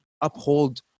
uphold